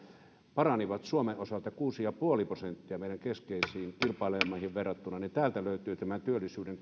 paranivat suomen osalta kuusi pilkku viisi prosenttia meidän keskeisiin kilpailijamaihin verrattuna täältä löytyy työllisyyden